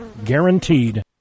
guaranteed